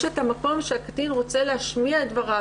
את המקום שהקטין רוצה להשמיע את דבריו,